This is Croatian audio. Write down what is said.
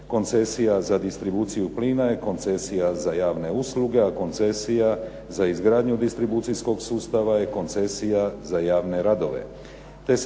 Koncesija za distribuciju plina je koncesija za javne usluge, a koncesija za izgradnju distribucijskog sustava je koncesija za javne radove